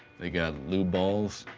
they got lube balls.